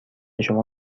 شما